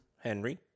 Henry